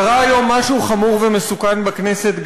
קרה היום משהו חמור ומסוכן בכנסת,